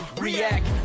React